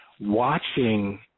watching